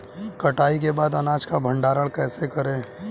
कटाई के बाद अनाज का भंडारण कैसे करें?